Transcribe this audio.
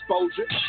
exposure